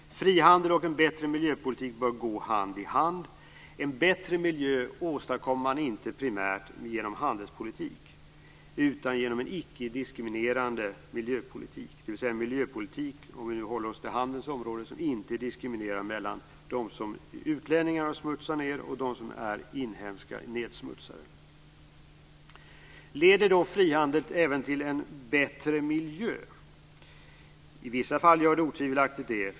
Frihandel och en bättre miljöpolitik bör gå hand i hand. En bättre miljö åstadkommer man inte primärt genom handelspolitik utan genom en icke diskriminerande miljöpolitik, dvs. en miljöpolitik som inte diskriminerar mellan utlänningar som smutsar ned och inhemska nedsmutsare. Leder då frihandel även till en bättre miljö? I vissa fall gör den otvivelaktigt det.